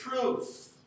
truth